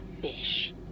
fish